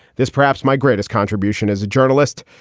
this perhaps my greatest contribution as a journalist.